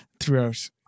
throughout